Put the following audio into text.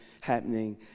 happening